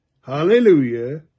hallelujah